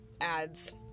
ads